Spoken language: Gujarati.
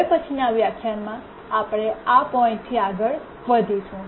હવે પછીના વ્યાખ્યાનમાં આપણે આ પોઇન્ટ થી આગળ વધીશું